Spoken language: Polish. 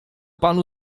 panu